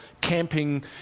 camping